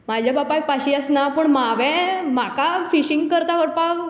म्हज्या बापायक पाशियेंस ना पूण हांवें म्हाका फिशींग करता करता